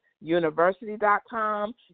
University.com